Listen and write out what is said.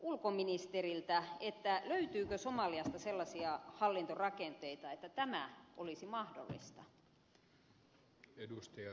kysynkin ulkoministeriltä löytyykö somaliasta sellaisia hallintorakenteita että tämä olisi mahdollista